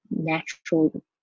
natural